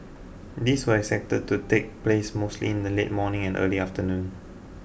these were expected to take place mostly in the late morning and early afternoon